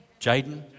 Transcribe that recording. Jaden